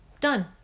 done